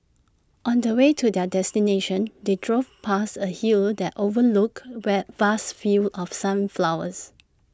on the way to their destination they drove past A hill that overlooked where vast fields of sunflowers